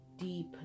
Deep